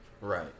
Right